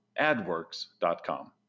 adworks.com